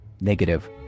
negative